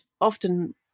often